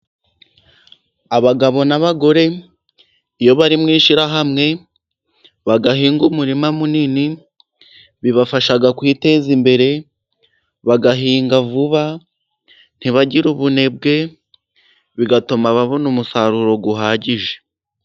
Abagabo n'abagore iyo bari mu ishyirahamwe bagahinga umurima munini bibafasha kwiteza imbere, bagahinga vuba ntibagire ubunebwe bigatuma ababona umusaruro uhagije.